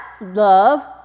love